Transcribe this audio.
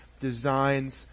designs